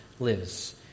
Lives